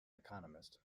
economist